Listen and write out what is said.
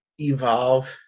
evolve